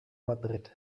madrid